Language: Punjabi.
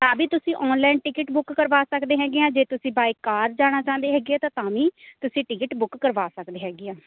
ਤਾਂ ਵੀ ਤੁਸੀਂ ਔਨਲਾਈਨ ਟਿਕਟ ਬੁੱਕ ਕਰਵਾ ਸਕਦੇ ਹੈਗੇ ਆ ਤੁਸੀਂ ਜੇ ਤੁਸੀਂ ਬਾਏ ਕਾਰ ਜਾਣਾ ਚਾਹੁੰਦੇ ਹੈਗੇ ਆ ਤਾਂ ਤਾਂ ਵੀ ਤੁਸੀਂ ਟਿਕਟ ਬੁੱਕ ਕਰਵਾ ਸਕਦੇ ਹੈਗੇ ਆ